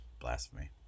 blasphemy